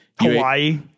Hawaii